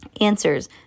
Answers